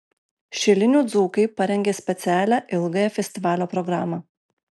šilinių dzūkai parengė specialią ilgąją festivalio programą